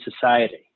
society